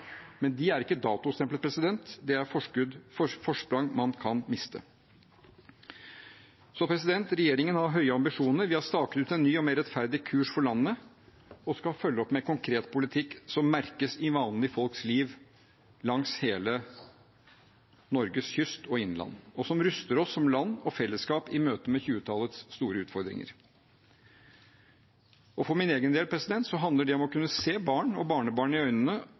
men de er ikke datostemplet. Det er forsprang man kan miste. Regjeringen har høye ambisjoner. Vi har staket ut en ny og mer rettferdig kurs for landet og skal følge opp med konkret politikk som merkes i vanlige folks liv langs hele Norges kyst og innland, og som ruster oss som land og fellesskap i møte med 2020-tallets store utfordringer. For min egen del handler det om å kunne se barn og barnebarn i øynene